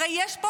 הרי יש פה